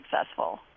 successful